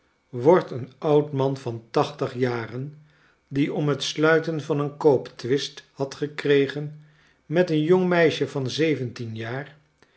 wordt een oudman van tachtig jaren die om het sluiten van een koop twist had gekregen met een jong meisje van zeventien jaar